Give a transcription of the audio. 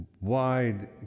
wide